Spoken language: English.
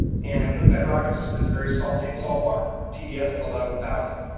and the bedrock is is very salty. it's salt water, tds of eleven thousand.